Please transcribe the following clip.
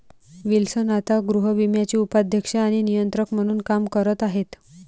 Wilson आता गृहविम्याचे उपाध्यक्ष आणि नियंत्रक म्हणून काम करत आहेत